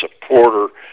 supporter